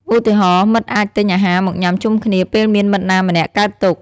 ឧទាហរណ៍ មិត្តអាចទិញអាហារមកញុាំជុំគ្នាពេលមានមិត្តណាម្នាក់កើតទុក្ខ។